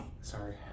Sorry